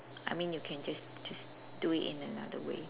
I mean you can just just do it in another way